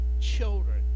children